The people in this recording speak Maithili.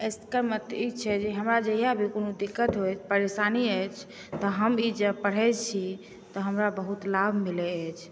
इसका मतलब ई छै जे हमरा जहिआ भी कोनो दिक्कत होए परेशानी अछि तऽ हम ई पढ़ै छी तऽ हमरा बहुत लाभ मिलै अछि